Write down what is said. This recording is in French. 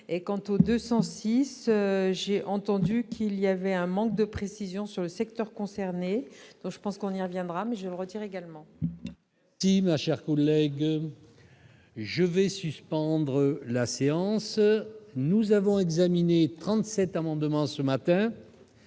quant aux 206 j'ai entendu qu'il y avait un manque de précision sur le secteur concerné, donc je pense qu'on y reviendra, mais je retire également. Si ma chère collègue je vais suspendre la séance, nous avons examiné 37 amendements, ce matin,